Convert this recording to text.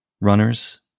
runners